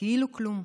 כאילו כלום.